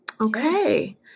Okay